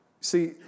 See